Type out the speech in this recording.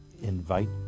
invite